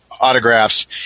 autographs